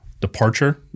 departure